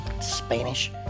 Spanish